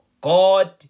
God